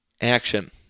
Action